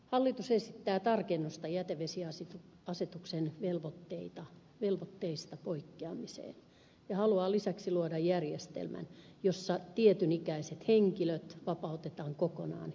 hallitus esittää tarkennusta jätevesiasetuksen velvoitteista poikkeamiseen ja haluaa lisäksi luoda järjestelmän jossa tietyn ikäiset henkilöt vapautetaan kokonaan jätevesiremontista